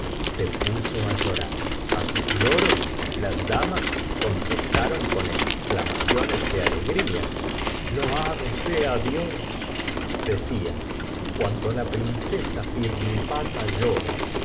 se puso á llorar a sus lloros las damas contestaron con exclamaciones de alegria loado sea dios decían cuando la princesa pirlipata llora